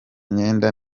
myenda